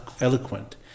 eloquent